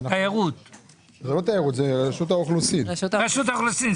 רשות האוכלוסין,